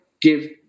give